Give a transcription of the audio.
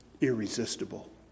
irresistible